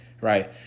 right